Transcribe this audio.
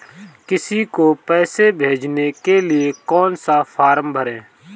किसी को पैसे भेजने के लिए कौन सा फॉर्म भरें?